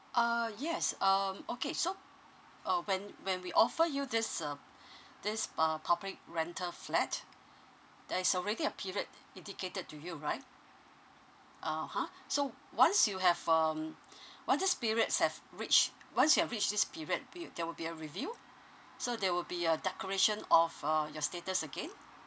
uh yes um okay so uh when when we offer you this uh this pu~ public rental flat there is already a period indicated to you right (uh huh) so once you have um once this periods have reached once you have reached this period be there will be a review so there will be a declaration of uh your status again